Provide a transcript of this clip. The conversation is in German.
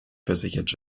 versichert